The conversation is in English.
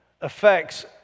affects